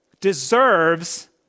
deserves